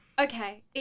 Okay